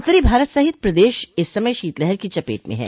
उत्तरी भारत सहित प्रदेश इस समय शीतलहर की चपेट में हैं